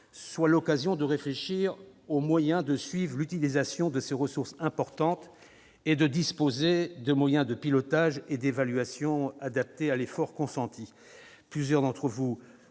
soit l'occasion de réfléchir aux moyens permettant de suivre l'utilisation de ces ressources importantes. Il convient en effet de disposer de moyens de pilotage et d'évaluation adaptés à l'effort consenti.